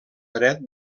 dret